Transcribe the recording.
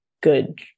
good